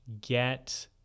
get